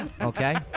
Okay